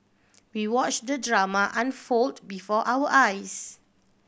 we watch the drama unfold before our eyes